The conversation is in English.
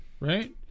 right